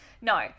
No